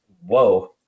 whoa